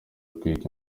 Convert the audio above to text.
urwego